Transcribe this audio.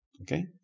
Okay